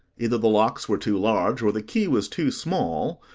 either the locks were too large, or the key was too small,